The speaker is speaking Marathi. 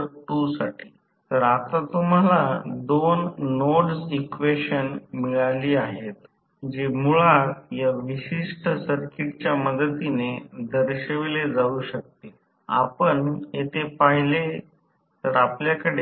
आकृती 3 च्या सर्किट मॉडेल मध्ये भार प्रतिकार नकारात्मक आहे ज्याचा अर्थ असा आहे की मशीन टर्मिनल वर विद्युत उर्जा दिली जाते तेव्हाच यापेक्षा जास्त तपशीलांमध्ये यांत्रिक